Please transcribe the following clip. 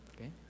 Okay